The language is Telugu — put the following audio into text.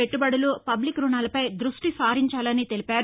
పెట్టుబడులు పబ్లిక్ రుణాలపై దృష్టి సారించాలని అన్నారు